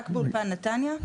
רק באולפן נתניה,